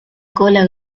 cola